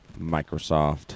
Microsoft